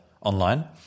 online